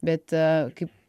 bet kai